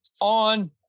on